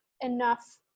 enough